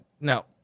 No